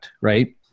Right